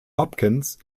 hopkins